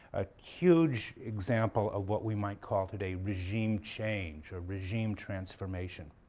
a huge example of what we might call today regime change or regime transformation?